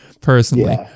personally